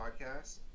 podcast